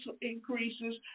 increases